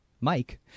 Mike